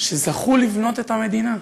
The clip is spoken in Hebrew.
שזכו לבנות את המדינה,